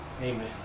Amen